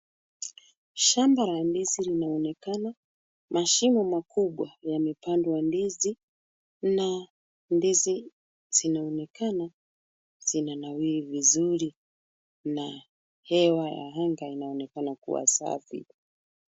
Shamba la ndizi linaonekana, mashimo makubwa yamepandwa ndizi na ndizi zinaonekana zinanawiri vizuri na hewa ya anga inaonekana kuwa safi.